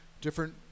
different